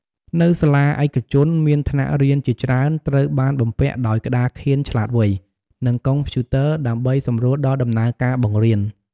នៅសាលាឯកជនមានថ្នាក់រៀនជាច្រើនត្រូវបានបំពាក់ដោយក្តារខៀនឆ្លាតវៃ និងកុំព្យូទ័រដើម្បីសម្រួលដល់ដំណើរការបង្រៀន។